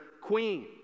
queen